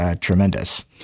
tremendous